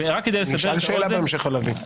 אני אשאל שאלה בהמשך על לביא.